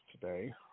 today